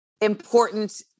important